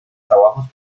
trabajos